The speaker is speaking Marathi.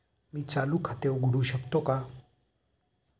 मी चालू खाते उघडू शकतो का?